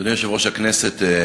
אדוני יושב-ראש הכנסת,